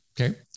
Okay